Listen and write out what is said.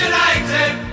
United